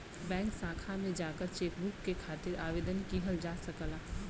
bank शाखा में जाकर चेकबुक के खातिर आवेदन किहल जा सकला